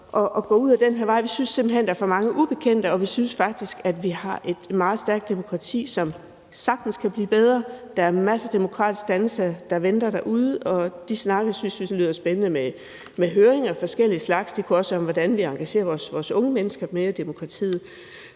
at gå ud ad den her vej, for vi synes simpelt hen, der er for mange ubekendte, og vi synes faktisk, at vi har et meget stærkt demokrati, som sagtens kan blive bedre. Der er en masse demokratisk dannelse, der venter derude, og de snakke med høringer af forskellig slags synes vi lyder spændende. Det kunne også være, hvordan vi engagerer vores unge mennesker mere i demokratiet.